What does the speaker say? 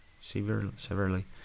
severely